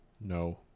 no